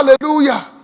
Hallelujah